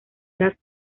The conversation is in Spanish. las